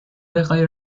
بخای